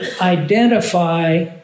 identify